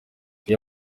iyo